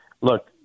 look